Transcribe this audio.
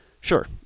Sure